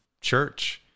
Church